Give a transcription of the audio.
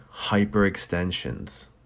hyperextensions